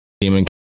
demon